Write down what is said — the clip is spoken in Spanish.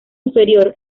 inferior